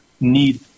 need